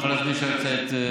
תוכל להזמין לשם את שר,